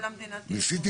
ניסיתי